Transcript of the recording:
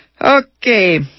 Okay